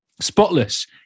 Spotless